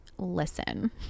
listen